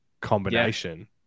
combination